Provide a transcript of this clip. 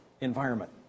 environment